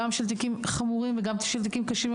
של תיקים חמורים וגם של תיקים קשים,